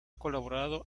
colaborado